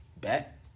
bet